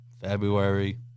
February